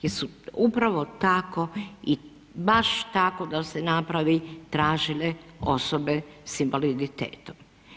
Jer su upravo tako i baš tako da se napravi tražile osobe sa invaliditetom.